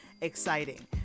exciting